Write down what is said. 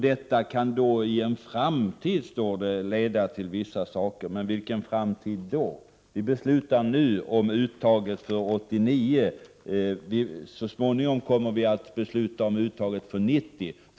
Detta kan, står det, i en framtid leda till vissa saker. Vilken framtid? Vi beslutar nu om uttaget för 1989. Så småningom kommer vi att besluta om uttaget för 1990.